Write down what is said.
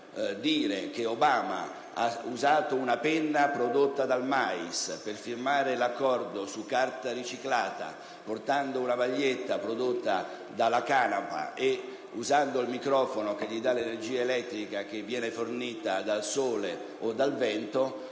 che Obama ha usato una penna prodotta dal mais per firmare l'accordo su carta riciclata, portando una maglietta prodotta dalla canapa e usando un microfono che utilizza energia elettrica fornita dal sole o dal vento